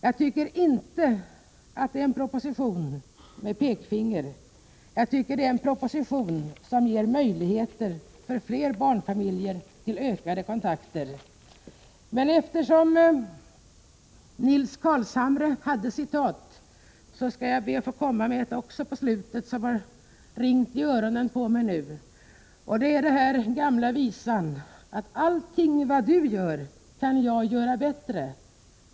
Jag tycker inte att detta är en proposition med pekfinger, utan en proposition som ger möjligheter för fler barnfamiljer till ökade kontakter. Eftersom Nils Carlshamre citerade skall jag också på slutet be att få komma med ett citat, som har ringt i öronen på mig. Det är orden i den gamla visan, att allting vad du gör kan jag göra bättre.